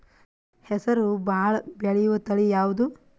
ಹೆಸರು ಭಾಳ ಬೆಳೆಯುವತಳಿ ಯಾವದು?